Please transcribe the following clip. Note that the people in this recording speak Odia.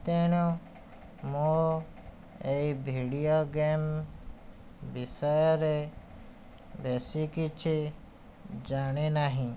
ତେଣୁ ମୁଁ ଏ ଭିଡ଼ିଓ ଗେମ୍ ବିଷୟରେ ବେଶି କିଛି ଜାଣିନାହିଁ